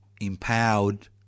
empowered